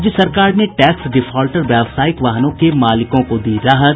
राज्य सरकार ने टैक्स डिफाल्टर व्यावसायिक वाहनों के मालिकों को दी राहत